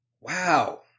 wow